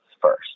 first